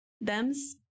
thems